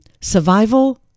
survival